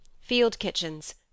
field-kitchens